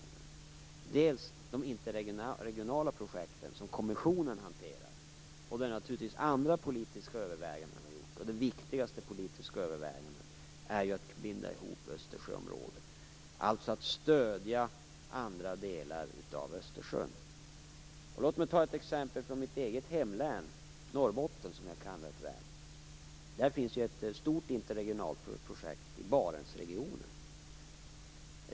För det andra handlar det om de interregionala projekten, som kommissionen hanterar, där det görs andra politiska överväganden. Det viktigaste politiska övervägandet är att binda ihop Östersjöområdet och stödja andra länder runt Östersjön. Låt mig ta ett exempel från mitt hemlän Norrbotten, som jag kan väl. Där finns ett stort interregionalt projekt, i Barentsregionen.